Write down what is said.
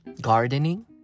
Gardening